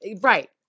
Right